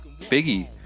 Biggie